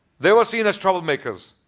they were seen as troublemakers.